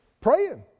praying